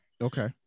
Okay